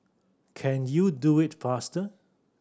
can you do it faster